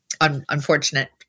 unfortunate